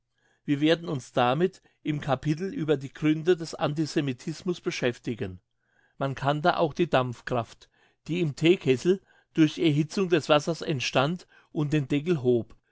wir werden uns damit im capitel über die gründe des antisemitismus beschäftigen man kannte auch die dampfkraft die im theekessel durch erhitzung des wassers entstand und den deckel hob